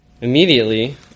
Immediately